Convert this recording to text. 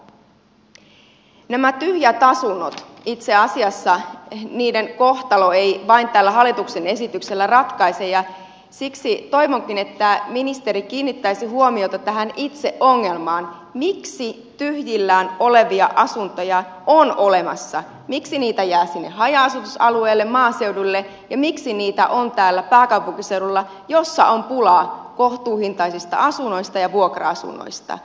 näiden tyhjien asuntojen kohtaloa itse asiassa ei vain tällä hallituksen esityksellä ratkaista ja siksi toivonkin että ministeri kiinnittäisi huomiota tähän itse ongelmaan miksi tyhjillään olevia asuntoja on olemassa miksi niitä jää sinne haja asutusalueille maaseudulle ja miksi niitä on täällä pääkaupunkiseudulla jossa on pulaa kohtuuhintaisista asunnoista ja vuokra asunnoista